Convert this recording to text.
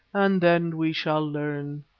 and then we shall learn.